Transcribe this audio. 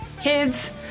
kids